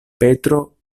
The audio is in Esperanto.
petro